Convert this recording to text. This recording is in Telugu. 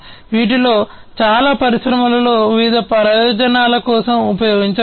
వీటిలో చాలా పరిశ్రమలలో వివిధ ప్రయోజనాల కోసం ఉపయోగించవచ్చు